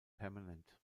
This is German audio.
permanent